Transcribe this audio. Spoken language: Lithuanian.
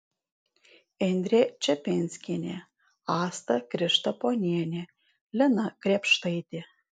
indrė čepinskienė asta krištaponienė lina krėpštaitė